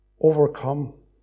overcome